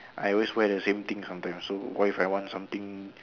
I always wear the same thing sometimes so what if I want something